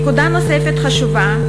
נקודה נוספת חשובה,